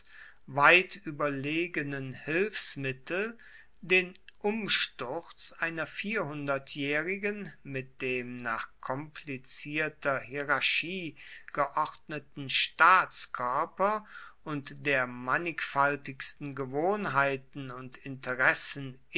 weit überlegenen hilfsmittel den umsturz einer vierhundertjährigen mit dem nach komplizierter hierarchie geordneten staatskörper und der mannigfaltigsten gewohnheiten und interessen